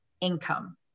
income